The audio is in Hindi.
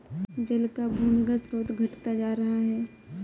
जल का भूमिगत स्रोत घटता जा रहा है